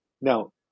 Now